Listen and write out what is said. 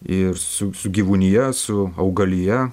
ir su su gyvūnija su augalija